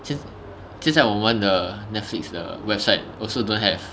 就就像我们的 Netflix 的 website also don't have